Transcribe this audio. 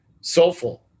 soulful